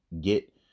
get